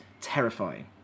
terrifying